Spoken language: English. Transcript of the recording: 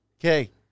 Okay